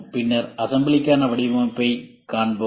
பின்னர் அசம்பிளிக்கான வடிவமைப்பைக் காண்போம்